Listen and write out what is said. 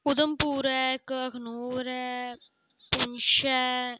उधमपूर ऐ इक अखनूर ऐ पुंछ ऐ